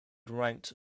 ranked